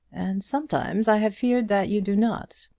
and sometimes i have feared that you do not.